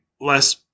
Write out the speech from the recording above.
less